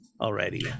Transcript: already